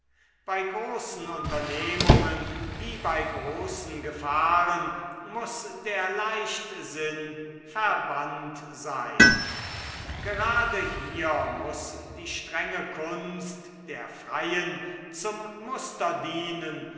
bei großen unternehmungen wie bei großen gefahren muß der leichtsinn verbannt sein gerade hier muß die strenge kunst der freien zum muster dienen